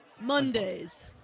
Mondays